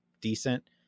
decent